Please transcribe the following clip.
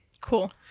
Cool